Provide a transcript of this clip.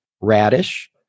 radish